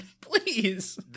please